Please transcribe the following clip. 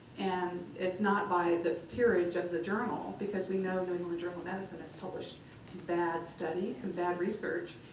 and it's not by the peerage of the journal because we know the new england journal of medicine has published some bad studies, some bad research.